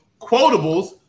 quotables